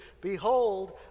behold